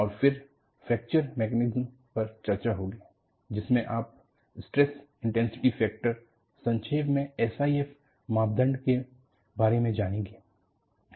और फिर fracture mechanism पर चर्चा होगी जिसमें आप स्ट्रेस इंटेंसिटी फैक्टर संक्षेप में SIF मापदंड के बारे में जानेंगे